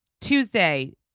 Tuesday